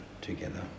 together